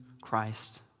Christ